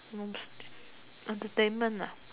entertainment nah